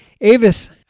Avis